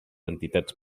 entitats